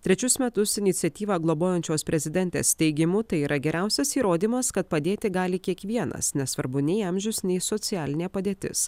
trečius metus iniciatyvą globojančios prezidentės teigimu tai yra geriausias įrodymas kad padėti gali kiekvienas nesvarbu nei amžius nei socialinė padėtis